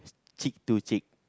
cheek to cheek